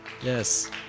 Yes